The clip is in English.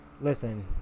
Listen